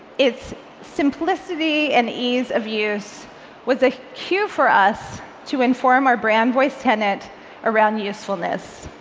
its simplicity and ease of use was a cue for us to inform our brand voice tenet around usefulness.